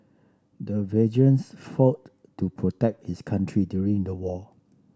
the veterans fought to protect his country during the war